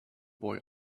boy